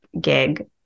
gig